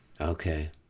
Okay